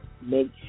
Make